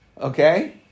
Okay